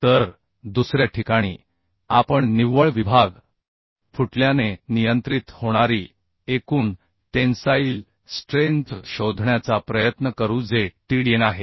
तर दुसऱ्या ठिकाणी आपण निव्वळ विभाग फुटल्याने नियंत्रित होणारी एकून टेन्साईल स्ट्रेंथ शोधण्याचा प्रयत्न करू जे TDN आहे